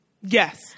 Yes